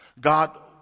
God